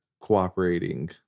cooperating